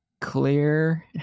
clear